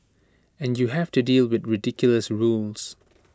and you have to deal with ridiculous rules